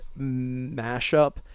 mashup